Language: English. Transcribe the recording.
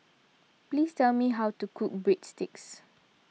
please tell me how to cook Breadsticks